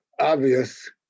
obvious